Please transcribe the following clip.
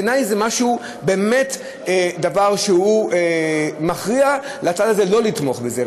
בעיני זה באמת דבר שמכריע לצד של לא לתמוך בזה.